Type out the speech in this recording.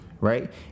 right